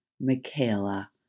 Michaela